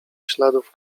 śladów